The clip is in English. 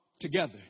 together